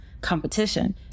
competition